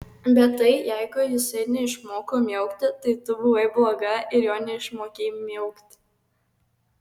bet tai jeigu jisai neišmoko miaukti tai tu buvai bloga ir jo neišmokei miaukti